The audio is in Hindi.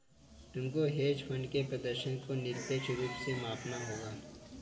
तुमको हेज फंड के प्रदर्शन को निरपेक्ष रूप से मापना होगा